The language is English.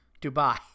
Dubai